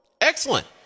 Excellent